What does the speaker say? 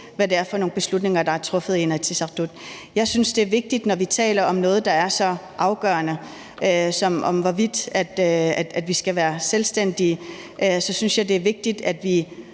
hvad det er for nogle beslutninger, der er blevet truffet i Inatsisartut. Jeg synes, når vi taler om noget, der er så afgørende som, hvorvidt vi skal være selvstændige, at det er vigtigt, at vi